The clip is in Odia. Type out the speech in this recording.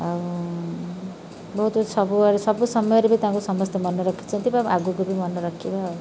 ଆଉ ବହୁତ ସବୁଆଡ଼େ ସବୁ ସମୟରେ ବି ତାଙ୍କୁ ସମସ୍ତେ ମନେ ରଖିଛନ୍ତି ବା ଆଗକୁ ବି ମନେ ରଖିବେ ଆଉ